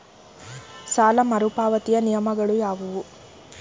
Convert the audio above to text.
ಸಾಲ ಮರುಪಾವತಿಯ ನಿಯಮಗಳು ಯಾವುವು?